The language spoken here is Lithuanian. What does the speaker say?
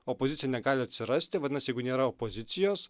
opozicija negali atsirasti vadinasi jeigu nėra opozicijos